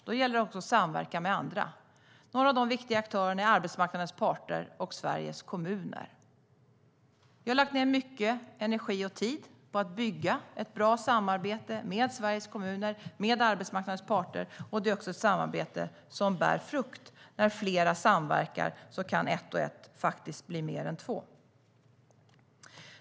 Det gäller att samverka med andra. Några av de viktiga aktörerna är arbetsmarknadens parter och Sveriges kommuner. Vi har lagt ned mycket energi och tid på att bygga ett bra samarbete med Sveriges kommuner och med arbetsmarknadens parter. Det är också ett samarbete som bär frukt. När flera samverkar kan ett och ett faktiskt bli mer än två.